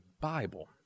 Bible